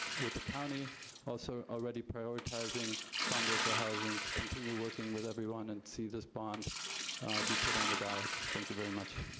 with the county also already prioritizing farmworker housing to continue working with everyone and see this bond be put on the ballot. thank you very much.